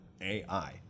AI